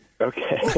Okay